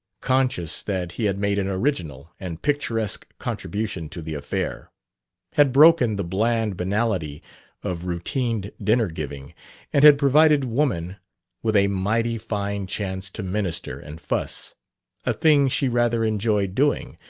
conscious that he had made an original and picturesque contribution to the affair had broken the bland banality of routined dinner-giving and had provided woman with a mighty fine chance to minister and fuss a thing she rather enjoyed doing,